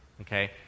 okay